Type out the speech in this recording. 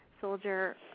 soldier